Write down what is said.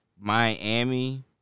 Miami